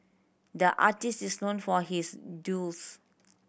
the artist is known for his